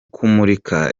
kumurika